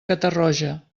catarroja